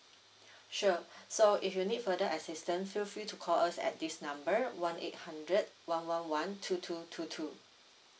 sure so if you need further assistant feel free to call us at this number one eight hundred one one one two two two two